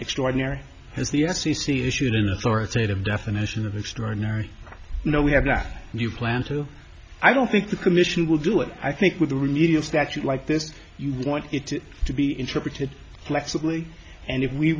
extraordinary as the f c c issued an authoritative definition of extraordinary no we have not and you plan to i don't think the commission will do it i think with a remedial statute like this you want it to be interpreted flexibly and if we